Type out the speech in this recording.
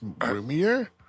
roomier